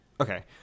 Okay